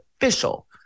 official